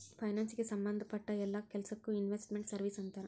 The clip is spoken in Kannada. ಫೈನಾನ್ಸಿಗೆ ಸಂಭದ್ ಪಟ್ಟ್ ಯೆಲ್ಲಾ ಕೆಲ್ಸಕ್ಕೊ ಇನ್ವೆಸ್ಟ್ ಮೆಂಟ್ ಸರ್ವೇಸ್ ಅಂತಾರ